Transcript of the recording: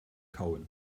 kauen